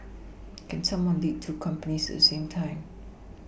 can someone lead two companies at the same time